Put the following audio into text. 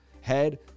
head